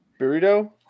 Burrito